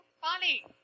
funny